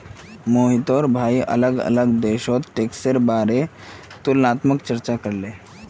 मोहिटर भाई अलग अलग देशोत टैक्सेर दरेर बारेत तुलनात्मक चर्चा करले